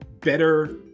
better